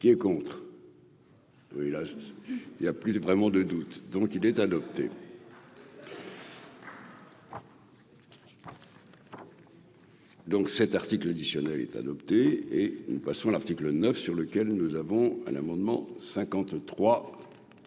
Qui est contre. Oui l'et a plus de vraiment de doute, donc il est adopté. Donc, cet article additionnel est adopté et nous passons à l'article 9 sur lequel nous avons à l'amendement 53